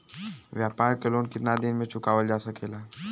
व्यापार के लोन कितना दिन मे चुकावल जा सकेला?